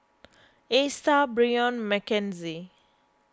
Esta Brion Mckenzie